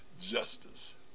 justice